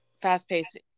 fast-paced